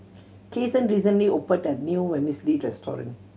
Cason recently opened a new Vermicelli restaurant